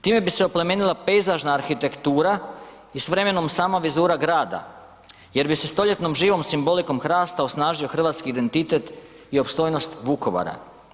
Time bi se oplemenila pejzažna arhitektura i s vremenom sama vizura grada jer bi se stoljetnom živom simbolikom hrasta osnažio hrvatski identitet i opstojnost Vukovara.